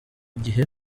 igihe